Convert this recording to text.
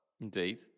Indeed